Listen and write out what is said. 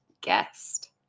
guest